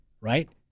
right